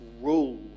rule